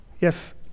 Yes